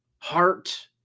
Heart